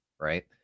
right